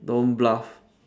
don't bluff